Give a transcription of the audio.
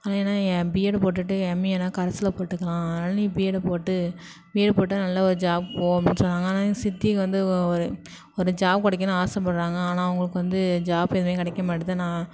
அதனால் ஏன்னா பிஏட் போட்டுட்டு எம்ஏன்னா கரஸ்ல போட்டுக்கலாம் அதனால் நீ பிஏட் போட்டு பிஎட் போட்டால் நல்ல ஒரு ஜாப் போலாம் சொன்னாங்க ஆனால் எங்கள் சித்திக்கு வந்து ஒ ஒரு ஒரு ஜாப் கிடைக்கணுன்னு ஆசைப்பட்றாங்க ஆனால் அவங்களுக்கு வந்து ஜாப் எதுவுமே கிடைக்க மாட்டுது நான்